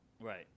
Right